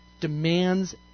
demands